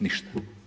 Ništa.